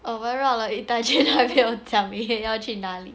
我们绕了一大圈还没有讲你要去哪里